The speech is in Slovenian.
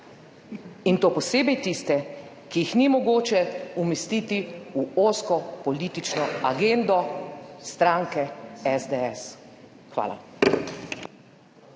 in to posebej tiste, ki jih ni mogoče umestiti v ozko politično agendo stranke SDS. Hvala.